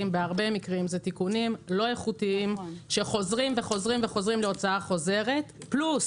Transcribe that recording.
בהרבה מקרים אלה תיקונים לא איכותיים שחוזרים וחוזרים להוצאה חוזרת פלוס